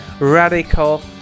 radical